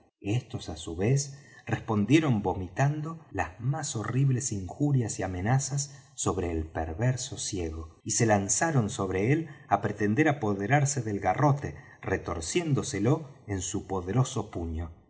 estos á su vez respondieron vomitando las más horribles injurias y amenazas sobre el perverso ciego y se lanzaron sobre él á pretender apoderarse del garrote retorciéndoselo en su poderoso puño